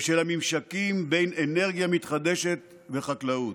ושל הממשקים בין אנרגיה מתחדשת לחקלאות.